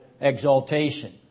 exaltation